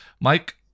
Mike